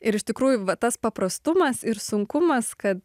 ir iš tikrųjų va tas paprastumas ir sunkumas kad